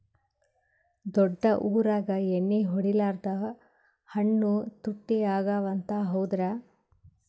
ದೊಡ್ಡ ಊರಾಗ ಎಣ್ಣಿ ಹೊಡಿಲಾರ್ದ ಹಣ್ಣು ತುಟ್ಟಿ ಅಗವ ಅಂತ, ಹೌದ್ರ್ಯಾ?